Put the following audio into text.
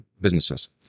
businesses